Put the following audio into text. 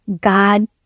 God